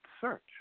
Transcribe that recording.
search